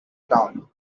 town